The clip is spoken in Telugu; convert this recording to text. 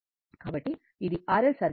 కాబట్టి ఇది R L సర్క్యూట్